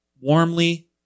warmly